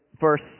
verse